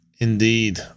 Indeed